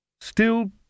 Still